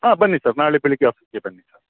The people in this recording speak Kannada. ಹಾಂ ಬನ್ನಿ ಸರ್ ನಾಳೆ ಬೆಳಗ್ಗೆ ಆಫೀಸ್ಗೆ ಬನ್ನಿ ಸರ್